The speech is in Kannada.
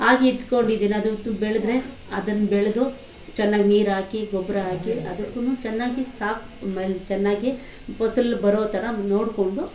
ಹಾಕಿ ಇಟ್ಕೊಂಡಿದ್ದೀನಿ ಅದು ಬೆಳೆದ್ರೆ ಅದನ್ನು ಬೆಳೆದು ಚೆನ್ನಾಗಿ ನೀರು ಹಾಕಿ ಗೊಬ್ಬರ ಹಾಕಿ ಅದಕ್ಕೂ ಚೆನ್ನಾಗಿ ಸಾಕಿ ಮ ಚೆನ್ನಾಗಿ ಫಸಲು ಬರೋ ಥರ ನೋಡ್ಕೊಂಡು